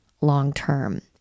long-term